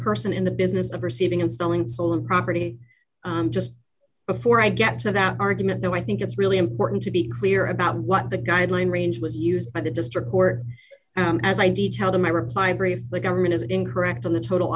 person in the business of receiving installing solar property just before i get to that argument though i think it's really important to be clear about what the guideline range was used by the district poor and as i detail in my reply brief the government is incorrect on the total